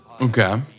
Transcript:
Okay